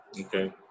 Okay